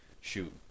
shoot